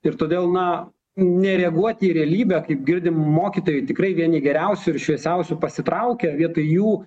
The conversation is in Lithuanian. ir todėl na nereaguoti į realybę kaip girdim mokytojai tikrai vieni geriausių ir šviesiausių pasitraukia vietoj jų